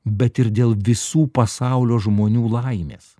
bet ir dėl visų pasaulio žmonių laimės